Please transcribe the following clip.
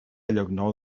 llocnou